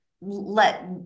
let